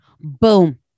Boom